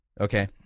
okay